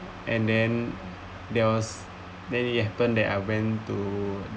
and then there was then it happened that I went to